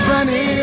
Sunny